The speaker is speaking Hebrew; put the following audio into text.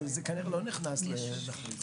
זה כנראה לא נכנס לכאן.